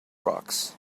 rocks